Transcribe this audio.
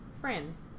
Friends